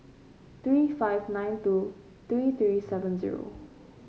three five nine two three three seven zero